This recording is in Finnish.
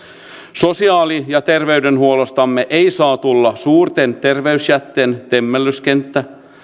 sosiaali ja ter veydenhuollostamme ei saa tulla suurten terveysjättien temmellyskenttää